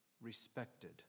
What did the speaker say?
respected